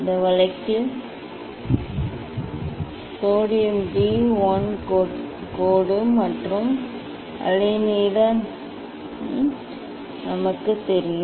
இந்த வழக்கில் sodium D 1 கோடு மற்றும் அலைநீளம் நமக்குத் தெரியும்